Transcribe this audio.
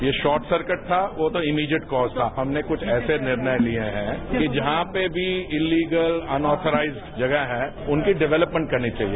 ये short circuit था वो तो इमिजेट कॉस था हमने कुछ ऐसे निर्णय लिए हैं कि जहां पर भी इललिगल अनॉथराइज्ड जगह है उनकी डेवलप्मेंट करनी चाहिए